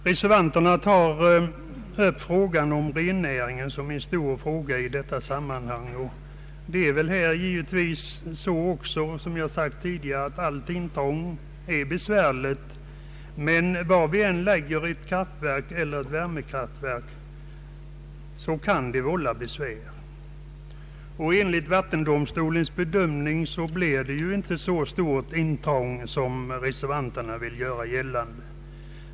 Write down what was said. Reservanterna tar upp rennäringen som en stor fråga i detta sammanhang. Givetvis är ett intrång besvärligt, men var vi än lägger ett vattenkraftverk eller värmekraftverk kan det vålla besvär. Enligt vattendomstolens bedömning blir det inte ett så stort intrång här som reservanterna vill göra gällande.